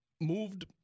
moved